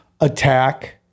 attack